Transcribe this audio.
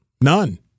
None